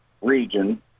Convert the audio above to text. region